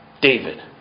David